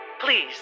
Please